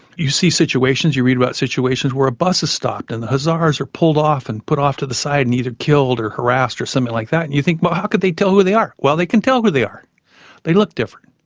you see situations, you read about situations where a bus is stopped and the hazaras are pulled off and put off to the side and either killed or harassed or something like that, and you think, but how could they tell who they are? well, they can tell who they are they look different.